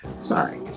Sorry